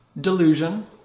delusion